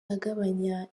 agabanya